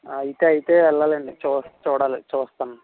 అయితే అయితే వెళ్ళాలి అండి చూస్ చూడాలి అది చూస్తాను